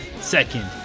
second